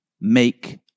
make